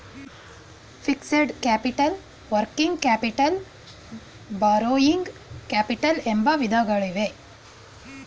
fixed capital working capital borrowing capital ಎಂಬ ವಿಧಗಳಿವೆ